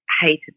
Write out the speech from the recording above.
hated